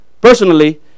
personally